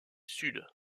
sud